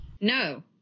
No